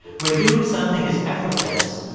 when doing something is effortless,